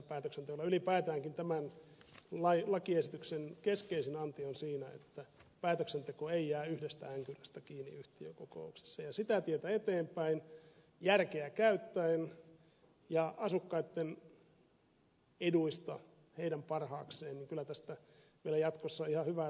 ylipäätäänkin tämän lakiesityksen keskeisin anti on siinä että päätöksenteko ei jää yhdestä änkyrästä kiinni yhtiökokouksissa ja sitä tietä eteenpäin järkeä käyttäen ja asukkaitten eduista lähtien heidän parhaakseen tästä kyllä vielä jatkossa ihan hyvä tulee